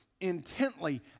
intently